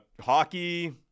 Hockey